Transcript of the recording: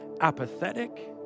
apathetic